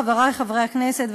חברי חברי הכנסת,